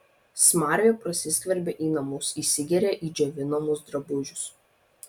smarvė prasiskverbia į namus įsigeria į džiovinamus drabužius